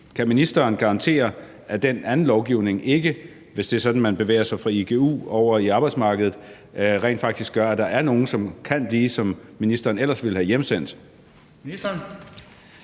Kan ministeren garantere, at den anden lovgivning, hvis det er sådan, at man bevæger sig fra en igu og over i arbejdsmarkedet, rent faktisk ikke gør, at der er nogle, som kan blive, som ministeren ellers ville have hjemsendt?